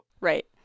Right